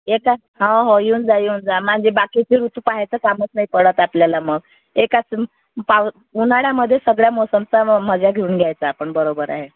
एका हो हो येऊन जा येऊन जा म्हणजे बाकीचे ऋतू पहायचं कामच नाही पडत आपल्याला मग एकाच तून पावत उन्हाळ्यामध्ये सगळ्या मोसमचा मजा घेऊन घ्यायचा आपण बरोबर आहे